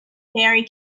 very